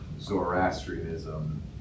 Zoroastrianism